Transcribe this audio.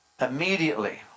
Immediately